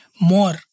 more